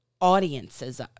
audiences